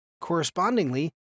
Correspondingly